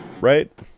right